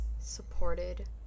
supported